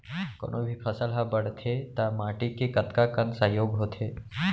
कोनो भी फसल हा बड़थे ता माटी के कतका कन सहयोग होथे?